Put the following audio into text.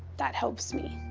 that helps me,